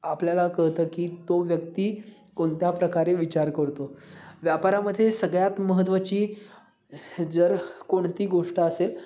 आपल्याला कळतं की तो व्यक्ती कोणत्या प्रकारे विचार करतो व्यापारामध्ये सगळ्यात महत्वाची जर कोणती गोष्ट असेल